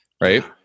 Right